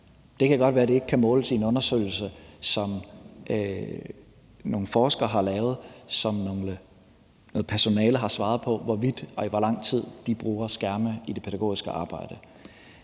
det kan godt være, det så ikke kan måles i en undersøgelse, som nogle forskere har lavet, og hvor noget personale har svaret på, hvorvidt og i hvor lang tid de bruger skærme i det pædagogiske arbejde.